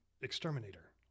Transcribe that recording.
exterminator